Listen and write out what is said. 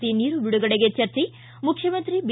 C ನೀರು ಬಿಡುಗಡೆಗೆ ಚರ್ಚೆ ಮುಖ್ಯಮಂತ್ರಿ ಬಿ